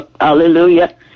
Hallelujah